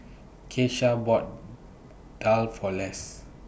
Keisha bought Daal For Les